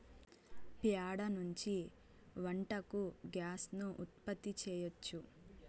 ప్యాడ నుంచి వంటకు గ్యాస్ ను ఉత్పత్తి చేయచ్చు